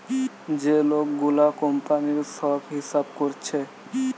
যে লোক গুলা কোম্পানির সব হিসাব কোরছে